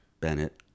Bennett